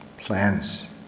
plans